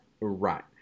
right